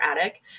attic